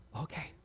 Okay